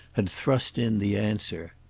had thrust in the answer.